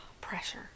Pressure